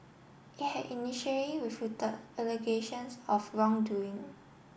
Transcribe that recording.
it had initially refuted allegations of wrongdoing